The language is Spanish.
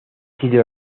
sido